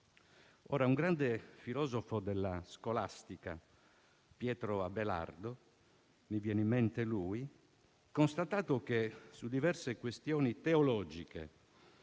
Un grande filosofo della scolastica, Pietro Abelardo - mi viene in mente lui - constatato che su diverse questioni teologiche